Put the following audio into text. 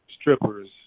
strippers